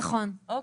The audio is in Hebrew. אוקיי?